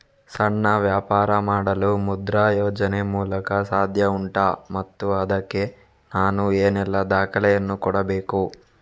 ಸಣ್ಣ ವ್ಯಾಪಾರ ಮಾಡಲು ಮುದ್ರಾ ಯೋಜನೆ ಮೂಲಕ ಸಾಧ್ಯ ಉಂಟಾ ಮತ್ತು ಅದಕ್ಕೆ ನಾನು ಏನೆಲ್ಲ ದಾಖಲೆ ಯನ್ನು ಕೊಡಬೇಕು?